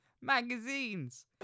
magazines